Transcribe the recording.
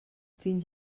fins